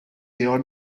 your